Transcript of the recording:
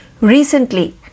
recently